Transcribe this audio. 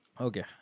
Okay